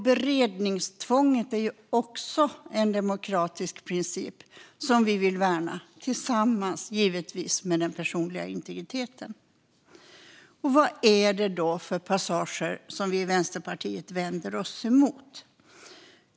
Beredningstvånget är en demokratisk princip som vi vill värna samtidigt som vi värnar den personliga integriteten. Vilka passager är det då som vi i Vänsterpartiet vänder oss emot?